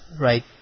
right